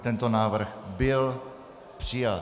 Tento návrh byl přijat.